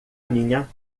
minha